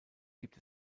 gibt